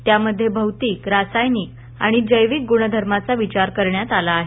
त्यामध्ये भौतिक रासायनिक आणि जैविक गुणधर्माचा विचार करण्यात आला आहे